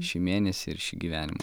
šį mėnesį ir šį gyvenimą